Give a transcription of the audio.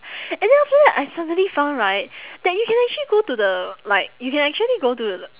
and then after that I suddenly found right that you can actually go to the like you can actually go to